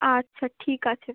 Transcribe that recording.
আচ্ছা ঠিক আছে